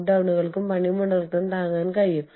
അളവിന്റ് ആഗോള സമ്പദ്വ്യവസ്ഥയെ ചൂഷണം ചെയ്യുന്നു